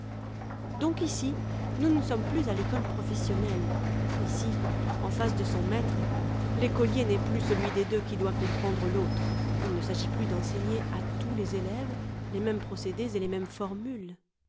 donc ici nous ne sommes plus à l'école professionnelle ici en face de son maître l'écolier n'est plus celui des deux qui doit comprendre l'autre il ne s'agit plus d'enseigner à tous les élèves les mêmes procédés et les mêmes formules